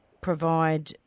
provide